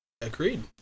Agreed